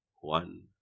one